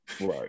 right